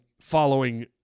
following